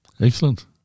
Excellent